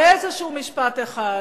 לאיזה משפט אחד,